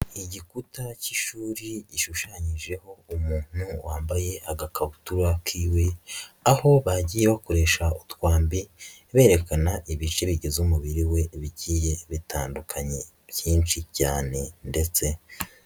Igikuta cy'ishuri gishushanyijeho umuntu wambaye agakabutura kiwe, aho bagiye bakoresha utwambi berekana ibice bigize umubiri we bigiye bitandukanye byinshi cyane ndetse.